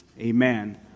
Amen